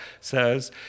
says